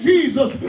Jesus